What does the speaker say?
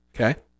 okay